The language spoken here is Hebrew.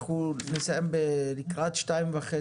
אנחנו נסיים לקראת 14:30